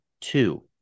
two